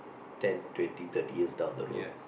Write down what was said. ten twenty thirty years down the road